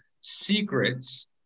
secrets